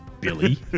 Billy